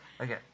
Okay